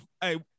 hey